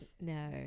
No